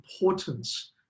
importance